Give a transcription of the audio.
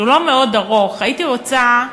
שהוא לא מאוד ארוך, הייתי רוצה,